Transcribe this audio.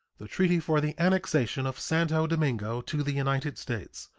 the treaty for the annexation of santo domingo to the united states,